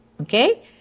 Okay